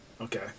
Okay